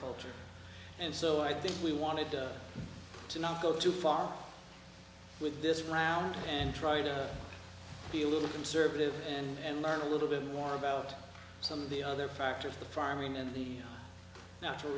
agriculture and so i think we wanted to not go too far with this clown and try to be a little conservative and learn a little bit more about some of the other factors the farming and the natural